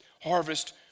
harvest